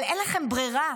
אבל אין לכם ברירה,